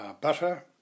butter